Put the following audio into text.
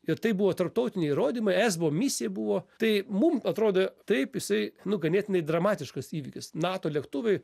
ir tai buvo tarptautiniai įrodymai esbo misija buvo tai mum atrodė taip jisai nu ganėtinai dramatiškas įvykis nato lėktuvai